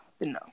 no